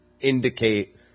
indicate